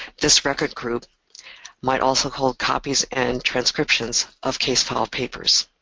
this record group might also hold copies and transcriptions of case file papers.